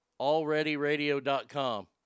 alreadyradio.com